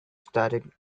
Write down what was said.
started